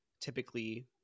Typically